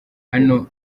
hano